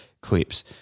clips